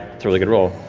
a really good roll.